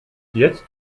jetzt